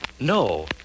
No